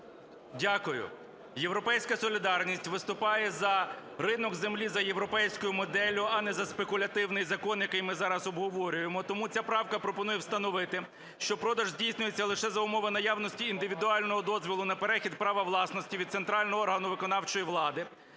Дякую. "Європейська солідарність" виступає за ринок землі за європейською моделлю, а не за спекулятивний закон, який ми зараз обговорюємо. Тому ця правка пропонує встановити, що продаж здійснюється лише за умови наявності індивідуального дозволу на перехід права власності від центрального органу виконавчої влади.